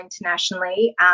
internationally